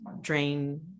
drain